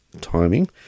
timing